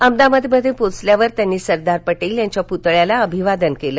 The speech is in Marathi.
अहमदाबादमध्ये पोचल्यावर त्यांनी सरदार पटेल यांच्या पुतळ्याला अभिवादन केलं